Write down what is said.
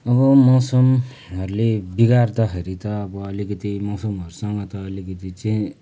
अब मौसमहरूले बिगार्दाखेरि त अब अलिकति मौसमहरूसँग त अलिकति चाहिँ